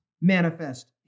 manifest